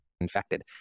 infected